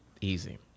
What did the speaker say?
easy